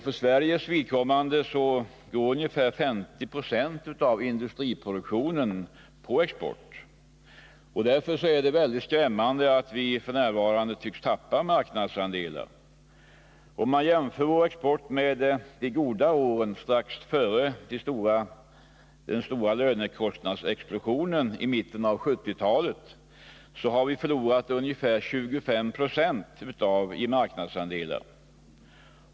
För Sveriges vidkommande går ungefär 50 26 av industriproduktionen på export. Därför är det skrämmande att vi nu tycks tappa marknadsandelar. Om man jämför vår export nu med den under de goda åren strax före den stora lönekostnadsexplosionen i mitten av 1970-talet, så finner man att vi förlorat ungefär 25 20 i marknadsandelar.